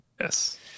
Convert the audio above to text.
Yes